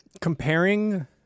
Comparing